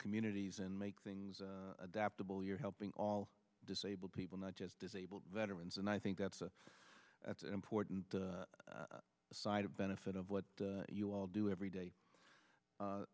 communities and make things adaptable you're helping all disabled people not just disabled veterans and i think that's that's an important side of benefit of what you all do every day